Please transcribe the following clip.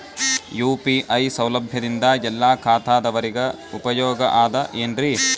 UPI ಸೌಲಭ್ಯದಿಂದ ಎಲ್ಲಾ ಖಾತಾದಾವರಿಗ ಉಪಯೋಗ ಅದ ಏನ್ರಿ?